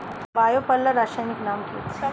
Bio পাল্লার রাসায়নিক নাম কি?